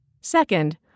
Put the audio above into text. Second